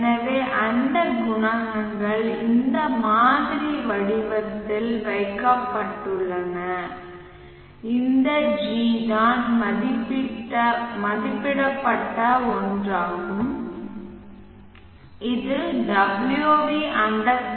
எனவே அந்த குணகங்கள் இந்த மாதிரி வடிவத்தில் வைக்கப்பட்டுள்ளன இந்த G தான் மதிப்பிடப்பட்ட ஒன்றாகும் இது wv India